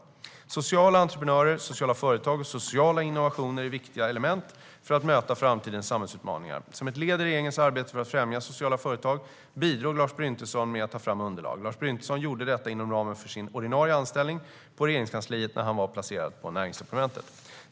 Sociala entreprenörer, sociala företag och sociala innovationer är viktiga element för att möta framtidens samhällsutmaningar. Som ett led i regeringens arbete för att främja sociala företag bidrog Lars Bryntesson med att ta fram underlag. Lars Bryntesson gjorde detta inom ramen för sin ordinarie anställning på Regeringskansliet när han var placerad på Näringsdepartementet.